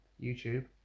YouTube